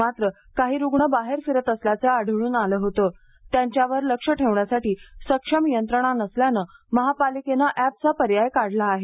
मात्र काही रूग्ण बाहेर फिरत असल्याचे आढळून आल्याने त्यांच्यावर लक्ष ठेवण्यासाठी सक्षम यंत्रणा नसल्याने महापालिकेने अँपचा पर्याय काढला आहे